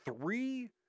three